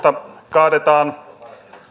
kaadetaan niistä